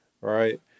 right